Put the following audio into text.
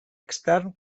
extern